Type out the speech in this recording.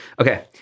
Okay